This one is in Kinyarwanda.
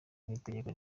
n’itegeko